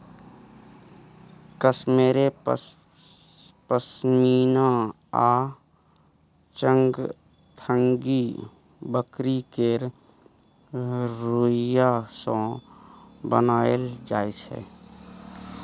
कश्मेरे पश्मिना आ चंगथंगी बकरी केर रोइयाँ सँ बनाएल जाइ छै